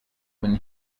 when